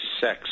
sex